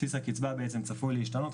בסיס הקצבה צפוי להשתנות.